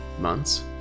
months